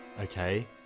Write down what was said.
okay